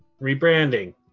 Rebranding